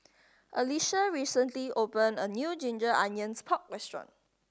Alycia recently opened a new ginger onions pork restaurant